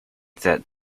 that